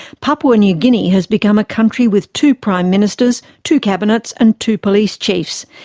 papua new guinea has become a country with two prime ministers, two cabinets, and two police chiefs.